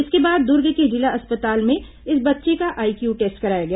इसके बाद दुर्ग के जिला अस्पताल में इस बच्चे का आईक्यू टेस्ट कराया गया